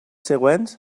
següents